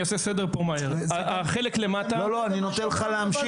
אני אעשה פה סדר מהר --- אני נותן לך להמשיך,